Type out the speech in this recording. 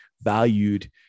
valued